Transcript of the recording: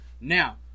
now